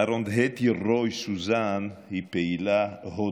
ארונדהטי רוי סוזאן היא פעילה הודית,